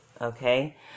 Okay